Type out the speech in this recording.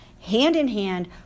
hand-in-hand